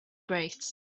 great